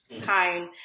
time